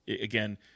again –